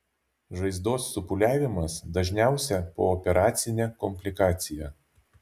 žaizdos supūliavimas dažniausia pooperacinė komplikacija